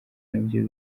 nabyo